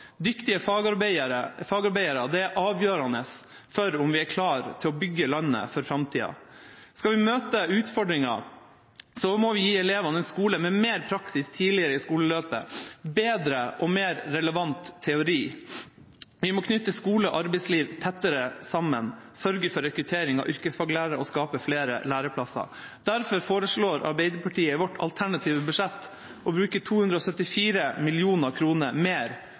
Dyktige fagarbeidere er avgjørende for om vi er klare til å bygge landet for framtida. Skal vi møte utfordringene, må vi gi elevene en skole med mer praksis tidlig i skoleløpet, bedre og mer relevant teori. Vi må knytte skole og arbeidsliv tettere sammen, sørge for rekruttering av yrkesfaglærere og skape flere læreplasser. Derfor foreslår Arbeiderpartiet i sitt alternative budsjett å bruke 274 mill. kr mer